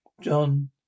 John